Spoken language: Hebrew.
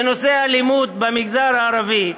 בנושא האלימות במגזר הערבי,